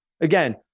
Again